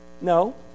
No